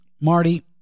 Marty